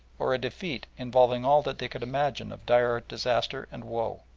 or a defeat involving all that they could imagine of dire disaster and woe.